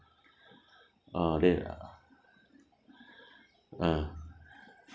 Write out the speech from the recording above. ah that ah ah